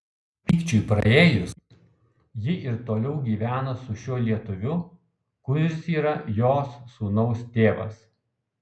pykčiui praėjus ji ir toliau gyvena su šiuo lietuviu kuris yra jos sūnaus tėvas